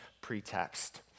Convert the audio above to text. pretext